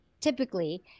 typically